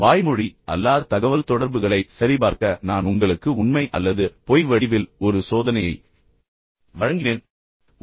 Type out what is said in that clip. உங்கள் வாய்மொழி அல்லாத தகவல்தொடர்புகளைச் சரிபார்க்க நான் உங்களுக்கு உண்மை அல்லது பொய் வடிவில் ஒரு சோதனையை வழங்க முயற்சித்தேன்